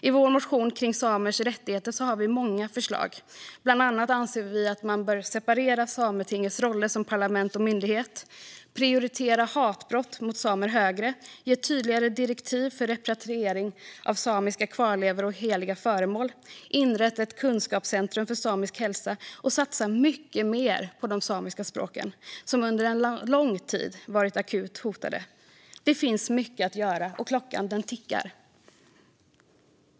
I vår motion om samers rättigheter har vi många förslag. Bland annat anser vi att man bör separera Sametingets roller som parlament och myndighet, prioritera hatbrott mot samer högre, ge tydligare direktiv om repatriering av samiska kvarlevor och heliga föremål, inrätta ett kunskapscentrum för samisk hälsa och satsa mycket mer på de samiska språken, som under lång tid varit akut hotade. Det finns mycket att göra, och klockan tickar.